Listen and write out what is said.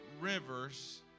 rivers